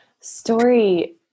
story